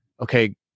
okay